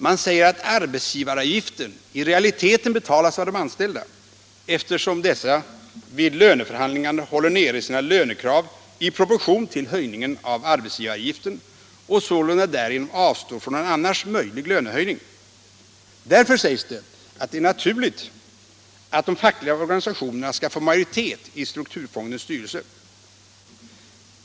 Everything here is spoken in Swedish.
Man säger att arbetsgivar avgiften i realiteten betalas av de anställda, eftersom dessa vid löneförhandlingarna håller nere sina lönekrav i proportion till höjningen av arbetsgivaravgiften och sålunda därigenom avstår från en annars möjlig lönehöjning. Därför, sägs det, är det naturligt att de fackliga organisationerna skall få majoritet i strukturfondens styrelse.